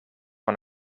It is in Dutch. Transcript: van